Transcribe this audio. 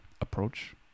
approach